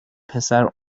پسر